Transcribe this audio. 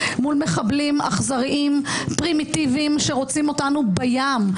מול מחבלים אכזריים פרימיטיביים שרוצים אותנו בים.